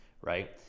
right